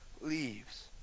leaves